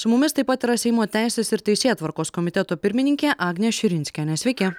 su mumis taip pat yra seimo teisės ir teisėtvarkos komiteto pirmininkė agnė širinskienė sveiki